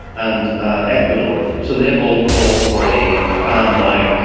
and ah ecuador. so they have all called for a ban now.